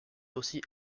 aussi